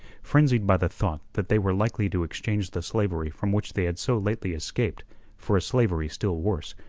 frenzied by the thought that they were likely to exchange the slavery from which they had so lately escaped for a slavery still worse,